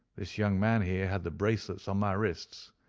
this young man here had the bracelets on my wrists,